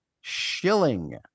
shilling